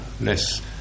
less